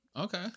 Okay